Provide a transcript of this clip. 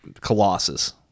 Colossus